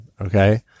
okay